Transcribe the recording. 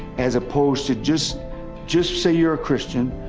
as opposed to just just say you're a christian,